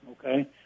Okay